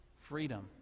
Freedom